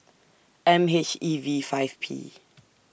M H E V five P